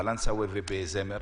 בקלנסווה ובזמר.